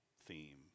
theme